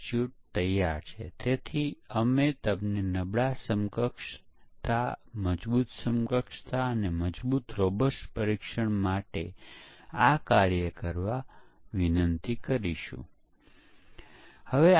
ચકાસણી તકનીકો એ સિમ્યુલેશન સમીક્ષા છે પરંતુ તેનાથી વિપરીત વેલીડેશન એ નિર્ધારિત કરવાની પ્રક્રિયા છે કે પૂર્ણરૂપે કાર્યરત સોફ્ટવેર એ દસ્તાવેજ ને અનુરૂપ છે કે નહીં